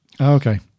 Okay